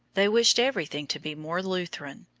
they wished everything to be more lutheran.